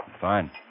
Fine